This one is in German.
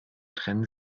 trennen